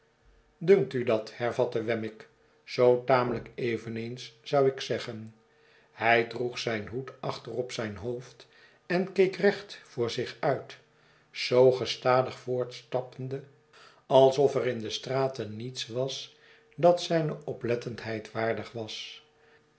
dunkt u dat hervatte wemmick zoo tamelijk eveneens zou ik zeggen hij droeg zijn hoed achter op zijn hoofd en keek recht voor zich uit zoo gestadig voortstappende alsof er in de straten niets was dat zijne oplettendheid waardig was